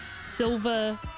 silver